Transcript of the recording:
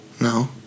No